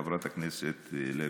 חברת הכנסת לוי,